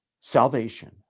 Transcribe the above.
salvation